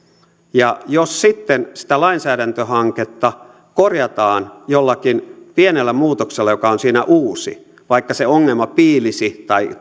ja jos sitten sitä lainsäädäntöhanketta korjataan jollakin pienellä muutoksella joka on siinä uusi vaikka se ongelma piilisi tai